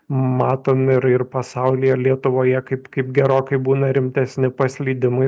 matom ir ir pasaulyje ir lietuvoje kaip kaip gerokai būna rimtesni paslydimai